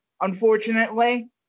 Unfortunately